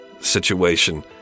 situation